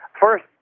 First